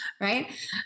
right